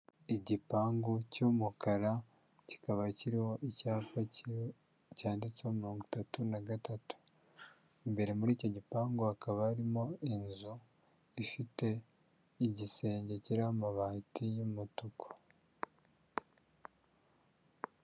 Igipangu cy'umukara kikaba kiriho icyapa cyanditseho mirongo itatu na gatatu, imbere muri icyo gipangu hakaba harimo inzu ifite igisenge cy'amabati y'umutuku.